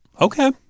okay